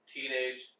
Teenage